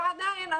ועדיין,